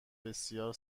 بسیار